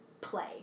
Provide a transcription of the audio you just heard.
play